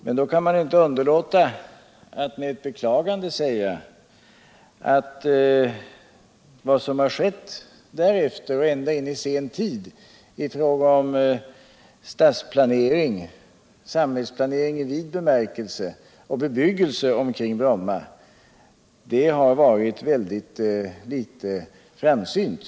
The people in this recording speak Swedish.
Men då kan man inte underlåta att med ett beklagande säga att vad som skett därefter, ända in i sen tid, i fråga om samhällsplanering i vid bemärkelse och bebyggelse kring Bromma har varit väldigt litet framsynt.